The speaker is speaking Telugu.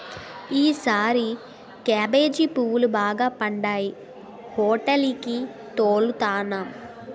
ఈసారి కేబేజీ పువ్వులు బాగా పండాయి హోటేలికి తోలుతన్నాం